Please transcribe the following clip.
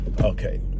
Okay